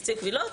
נציב קבילות,